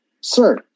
sir